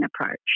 approach